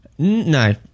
no